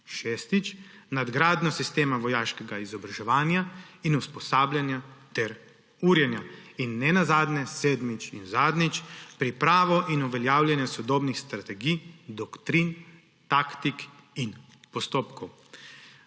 Šestič, nadgradnja sistema vojaškega izobraževanja in usposabljanja ter urjenja. In nenazadnje, sedmič in zadnjič, priprava in uveljavljanje sodobnih strategij, doktrin, taktik in postopkov.